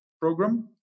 program